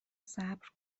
صبر